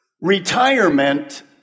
retirement